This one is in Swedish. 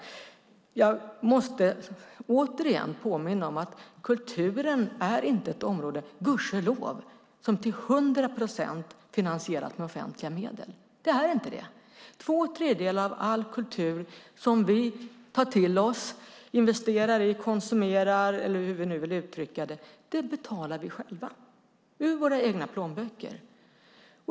Jag måste återigen påminna om att kulturen inte är ett område - gudskelov - som till hundra procent finansieras med offentliga medel. Den är inte det. Två tredjedelar av all kultur som vi tar till oss, investerar i, konsumerar eller hur vi nu vill uttrycka det betalar vi själva ur våra egna plånböcker.